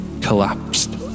collapsed